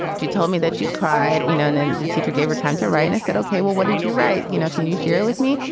she told me that she cried you know, and then the teacher gave her time to write and said, ok, well, what did you write? you know, can you share with me?